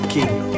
King